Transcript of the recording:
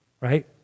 Right